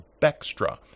Bextra